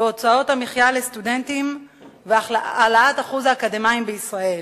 ובהוצאות המחיה לסטודנטים והעלאת אחוז האקדמאים בישראל.